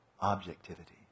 Objectivity